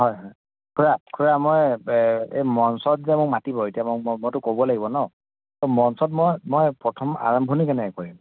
হয় হয় খুৰা খুৰা মই এই মঞ্চত মোক মাতিব এতিয়া ম মইতো ক'ব লাগিব ন' মঞ্চত মই মই প্ৰথম আৰম্ভণি কেনেকৈ কৰিম